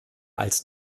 als